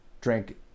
drank